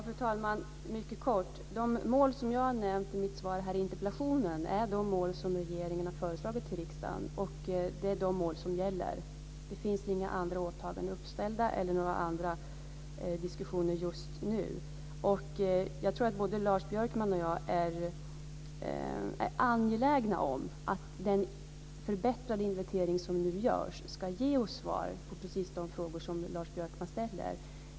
Fru talman! Mycket kort: De mål som jag har nämnt i interpellationssvaret är de mål som regeringen har föreslagit för riksdagen. Det är dessa mål som gäller. Det finns inga andra åtaganden eller några andra diskussioner just nu. Jag tror att både Lars Björkman och jag är angelägna om att den förbättrade inventering som nu görs ska ge oss svar på de frågor som Lars Björkman ställer.